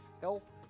health